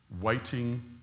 Waiting